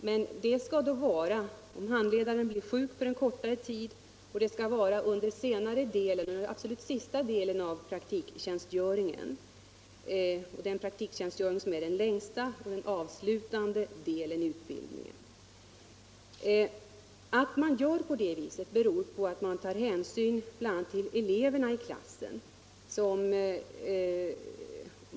Men detta skall bara få göras om handledaren blir sjuk för en kortare tid, och det måste vara under den absolut sista delen av den längsta praktiktjänstgöringen, som är den avslutande delen i utbildningen. Det förhållandet att man gör på det sättet beror på att man tar hänsyn bl.a. till eleverna i klassen.